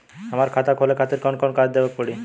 हमार खाता खोले खातिर कौन कौन कागज देवे के पड़ी?